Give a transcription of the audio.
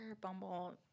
Bumble